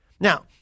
Now